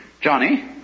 Johnny